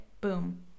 Boom